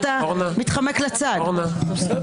ואני מצטט אותו